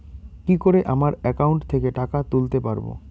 কি করে আমার একাউন্ট থেকে টাকা তুলতে পারব?